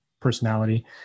personality